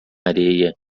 areia